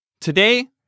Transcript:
Today